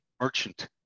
merchant